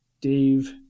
Dave